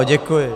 Děkuji.